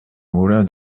moulin